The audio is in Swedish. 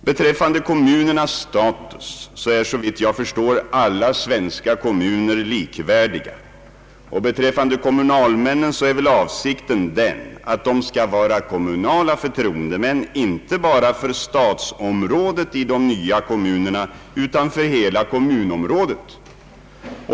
Beträffande kommunernas status är, såvitt jag förstår, alla svenska kommuner likvärdiga, och beträffande kommunalmännen är väl avsikten den att de skall vara kommunala förtroendemän, inte bara för stadsområdet i de nya kommunerna utan för hela kommunområdet.